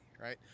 right